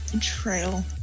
Trail